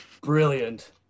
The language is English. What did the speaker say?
brilliant